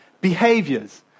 behaviors